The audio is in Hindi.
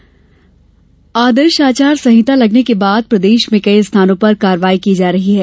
आचार संहिता आदर्श आचार संहिता लगने के बाद प्रदेश में कई स्थानों पर कार्यवाही की जा रही है